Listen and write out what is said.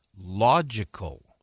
logical